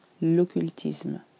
l'occultisme